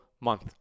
month